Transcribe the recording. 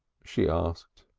she asked.